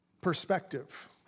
Perspective